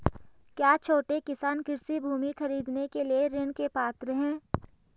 क्या छोटे किसान कृषि भूमि खरीदने के लिए ऋण के पात्र हैं?